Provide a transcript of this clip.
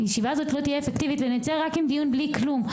הישיבה הזאת לא תהיה אפקטיבית ונצא רק עם דיון בלי כלום.